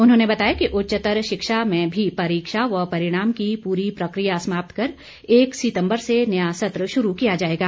उन्होंने बताया कि उच्चतर शिक्षा में भी परीक्षा व परिणाम की पूरी प्रक्रिया समाप्त कर एक सितम्बर से नया सत्र शुरू किया जाएगा